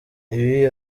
ibi